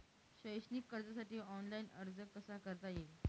शैक्षणिक कर्जासाठी ऑनलाईन अर्ज कसा करता येईल?